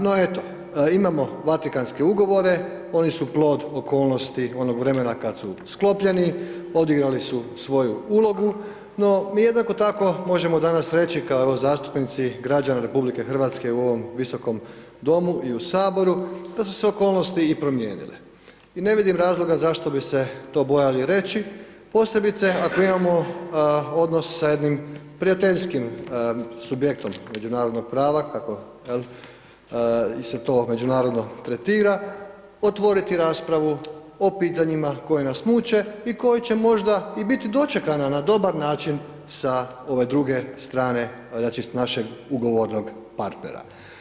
No, eto, imamo Vatikanske ugovore, oni su plod okolnosti onog vremena kad su sklopljeni, odigrali su svoju ulogu, no mi jednako tako možemo danas reći kao zastupnici građana RH u ovom visokom domu i u Saboru, da su se okolnosti i promijenile i ne vidim razloga zašto bi se to bojali reći, posebice ako imamo odnos sa jednim prijateljskim subjektom međunarodnog prava kako je li, se to međunarodno tretira otvoriti raspravu o pitanjima koja nas muče i koji će možda i biti dočekana na dobar način sa ove druge strane, znači, s našeg ugovornog partnera.